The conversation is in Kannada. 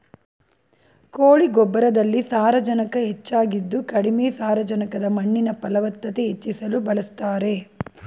ಕೋಳಿ ಗೊಬ್ಬರದಲ್ಲಿ ಸಾರಜನಕ ಹೆಚ್ಚಾಗಿದ್ದು ಕಡಿಮೆ ಸಾರಜನಕದ ಮಣ್ಣಿನ ಫಲವತ್ತತೆ ಹೆಚ್ಚಿಸಲು ಬಳಸ್ತಾರೆ